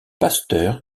pasteur